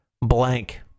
blank